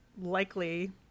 likely